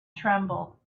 tremble